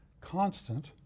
constant